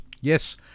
Yes